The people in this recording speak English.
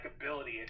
ability